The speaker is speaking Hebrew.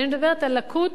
אני מדברת על לקות